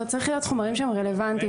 זה צריך להיות חומרים שהם רלוונטיים,